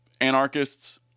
anarchists